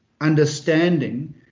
understanding